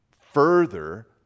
further